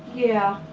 yeah,